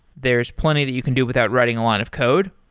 there's plenty that you can do without writing a lot of code,